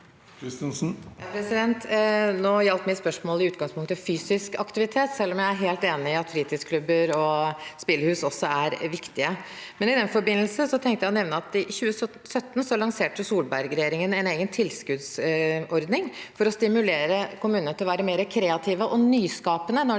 Kristensen (H) Nå gjaldt mitt spørsmål i utgangspunktet fysisk aktivitet, selv om jeg er helt enig i at fritidsklubber og spillhus også er viktige. I den forbindelse tenkte jeg å nevne at Solberg-regjeringen i 2017 lanserte en egen tilskuddsordning for å stimulere kommunene til å være mer kreative og nyskapende